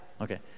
Okay